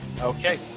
Okay